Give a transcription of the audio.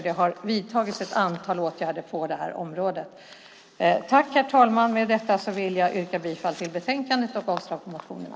Det har vidtagits ett antal åtgärder på det här området. Herr talman! Med detta vill jag yrka bifall till förslagen i betänkandet av avslag på motionerna.